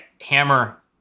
hammer